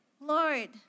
Lord